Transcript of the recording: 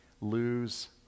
Lose